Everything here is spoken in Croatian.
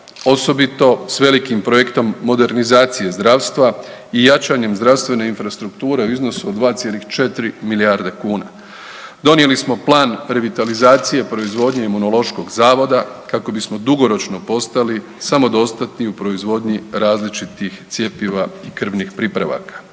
osobito s velikim projektom modernizacije zdravstva i jačanjem zdravstvene infrastrukture u iznosu od 2,4 milijarde kuna. Donijeli smo Plan revitalizacije proizvodnje Imunološkog zavoda kako bismo dugoročno postali samodostatni u proizvodnji različitih cjepiva i krvnih pripravaka.